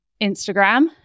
Instagram